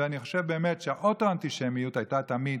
ואני חושב באמת שהאוטו-אנטישמיות הייתה תמיד.